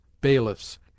bailiffs